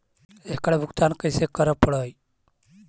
एकड़ भुगतान कैसे करे पड़हई?